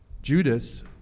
Judas